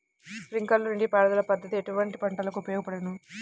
Sprinkler నీటిపారుదల పద్దతి ఎటువంటి పంటలకు ఉపయోగపడును?